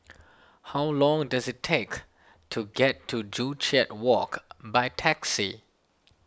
how long does it take to get to Joo Chiat Walk by taxi